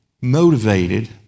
motivated